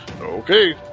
okay